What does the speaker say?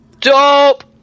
Dope